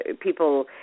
people